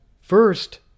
first